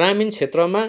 ग्रामीण क्षेत्रमा